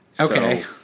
Okay